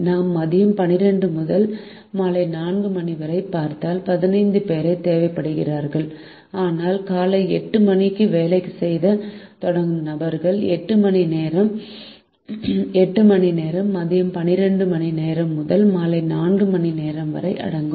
நாம் மதியம் 12 மணி முதல் மாலை 4 மணி வரை பார்த்தால் 15 பேர் தேவைப்படுகிறார்கள் ஆனால் காலை 8 மணிக்கு வேலை செய்யத் தொடங்கும் நபர்கள் 8 மணி நேரம் வேலை செய்கிறார்கள் அங்கு 8 மணி நேரம் மதியம் 12 மணி முதல் மாலை 4 மணி வரை அடங்கும்